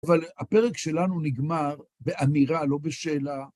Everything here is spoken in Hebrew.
אבל הפרק שלנו נגמר באמירה, לא בשאלה.